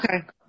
Okay